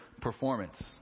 performance